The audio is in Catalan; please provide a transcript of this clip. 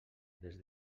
des